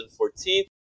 2014